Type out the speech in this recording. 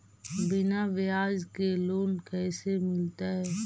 बिना ब्याज के लोन कैसे मिलतै?